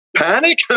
Panic